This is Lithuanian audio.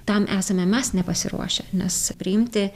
tam esame mes nepasiruošę nes priimti